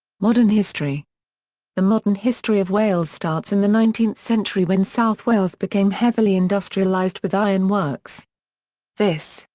modern history the modern history of wales starts in the nineteenth century when south wales became heavily industrialised with ironworks this,